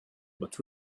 but